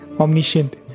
omniscient